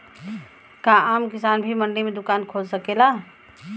का आम किसान भी मंडी में दुकान खोल सकेला?